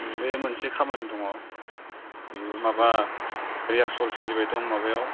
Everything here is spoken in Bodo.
बै मोनसे खामानि दङ बे माबा रिहार्स'ल सोलिबाय दं माबायाव